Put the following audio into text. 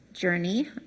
Journey